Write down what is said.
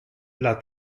dla